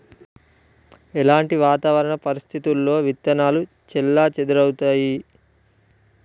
ఎలాంటి వాతావరణ పరిస్థితుల్లో విత్తనాలు చెల్లాచెదరవుతయీ?